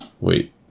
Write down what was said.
Wait